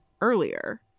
earlier